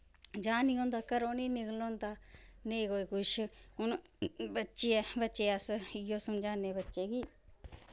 जान नी होंदा घरों नी निकलन होंदा नेंई कोई कुस हुन बच्चे आ बच्चे अस इयै समझान्ने बच्चें गी